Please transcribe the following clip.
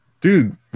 Dude